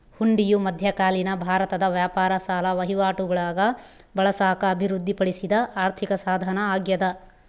ಹುಂಡಿಯು ಮಧ್ಯಕಾಲೀನ ಭಾರತದ ವ್ಯಾಪಾರ ಸಾಲ ವಹಿವಾಟುಗುಳಾಗ ಬಳಸಾಕ ಅಭಿವೃದ್ಧಿಪಡಿಸಿದ ಆರ್ಥಿಕಸಾಧನ ಅಗ್ಯಾದ